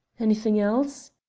anything else?